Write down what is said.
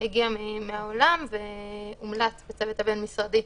מהעולם והומלץ בצוות הבין-משרדי,